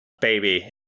baby